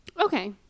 Okay